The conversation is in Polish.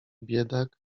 biedak